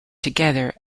together